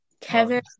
Kevin